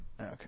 Okay